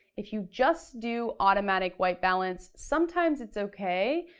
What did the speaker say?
if you just do automatic white balance, sometimes it's okay,